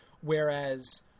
Whereas